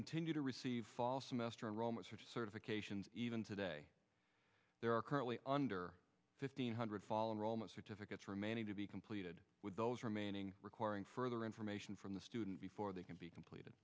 continue to receive fall semester enrollment certifications even today there are currently under fifteen hundred volunteer almost certificates remaining to be completed with those remaining requiring further information from the student before they can be completed